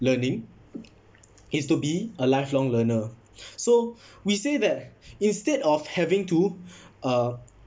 learning is to be a lifelong learner so we say that instead of having to uh